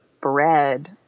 bread